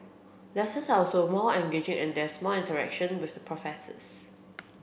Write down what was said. lessons are also more engaging and there's more interaction with professors